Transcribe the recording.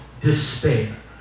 despair